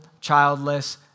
childless